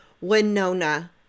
Winona